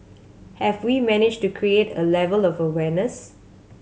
have we managed to create a level of awareness